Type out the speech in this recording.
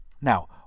Now